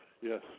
Yes